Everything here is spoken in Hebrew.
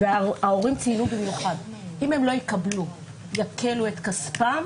ההורים ציינו שעם יעקלו את כספם